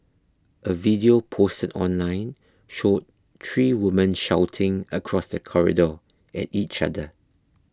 a video posted online showed three women shouting across the corridor at each other